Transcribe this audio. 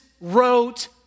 wrote